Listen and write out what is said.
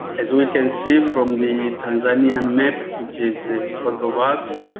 as we can see from the tanzanian map which is in front of us,